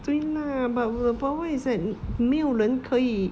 对 lah but the problem is that 没有人可以